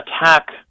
attack